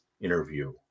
interview